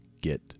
get